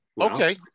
Okay